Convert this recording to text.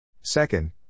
Second